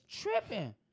tripping